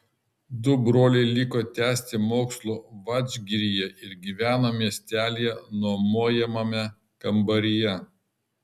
du broliai liko tęsti mokslų vadžgiryje ir gyveno miestelyje nuomojamame kambaryje